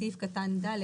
בסעיף קטן (ד)